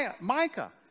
Micah